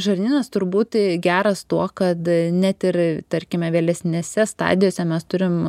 žarnynas turbūt geras tuo kad net ir tarkime vėlesnėse stadijose mes turim